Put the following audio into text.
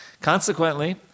Consequently